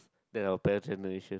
than our parent's generation